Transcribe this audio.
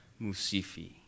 Musifi